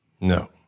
No